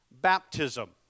baptism